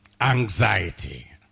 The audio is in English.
anxiety